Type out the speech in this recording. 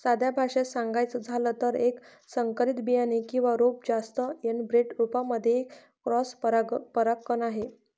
साध्या भाषेत सांगायचं झालं तर, एक संकरित बियाणे किंवा रोप जास्त एनब्रेड रोपांमध्ये एक क्रॉस परागकण आहे